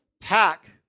pack